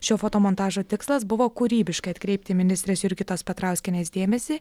šio fotomontažo tikslas buvo kūrybiškai atkreipti ministrės jurgitos petrauskienės dėmesį